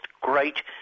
great